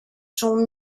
son